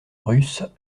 russe